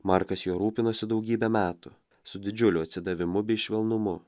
markas juo rūpinosi daugybę metų su didžiuliu atsidavimu bei švelnumu